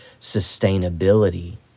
sustainability